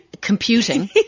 computing